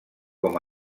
com